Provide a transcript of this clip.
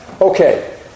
Okay